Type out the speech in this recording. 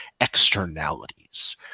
externalities